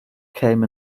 came